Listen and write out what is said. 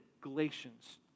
Galatians